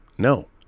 No